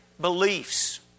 beliefs